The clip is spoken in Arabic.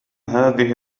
هذه